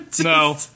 No